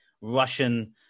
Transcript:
Russian